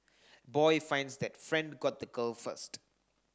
boy finds that friend got the girl first